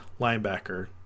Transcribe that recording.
linebacker